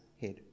head